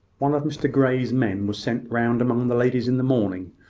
one of mr grey's men was sent round among the ladies in the morning,